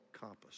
compass